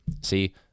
See